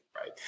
Right